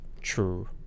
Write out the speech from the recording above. true